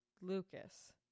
Lucas